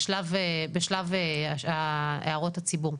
בשלב הערות הציבור.